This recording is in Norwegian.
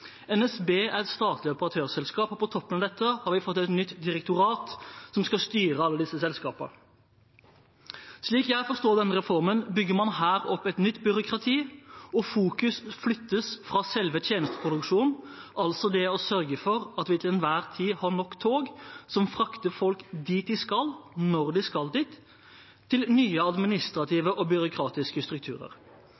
NSB er et statlig operatørselskap, og på toppen av dette har vi fått et nytt direktorat som skal styre alle disse selskapene. Slik jeg forstår denne reformen, bygger man her opp et nytt byråkrati og fokuset flyttes fra selve tjenesteproduksjonen – det å sørge for at vi til enhver tid har nok tog som frakter folk dit de skal, når de skal dit – til nye